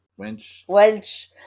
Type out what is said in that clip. Wench